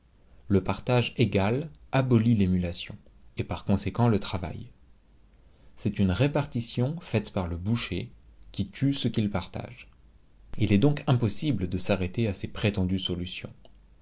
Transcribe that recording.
le partage égal abolit l'émulation et par conséquent le travail c'est une répartition faite par le boucher qui tue ce qu'il partage il est donc impossible de s'arrêter à ces prétendues solutions